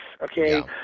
Okay